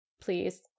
Please